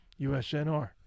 USNR